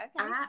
okay